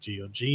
GOG